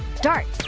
darts.